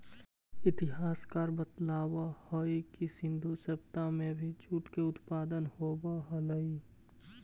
इतिहासकार बतलावऽ हई कि सिन्धु सभ्यता में भी जूट के उत्पादन होवऽ हलई